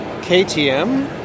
KTM